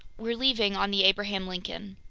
we're leaving on the abraham lincoln.